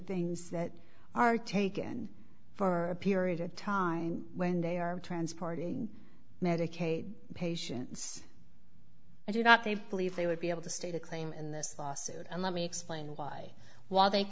things that are taken for a period of time when they are transporting medicaid patients i do not they believe they would be able to state a claim in this lawsuit and let me explain why while they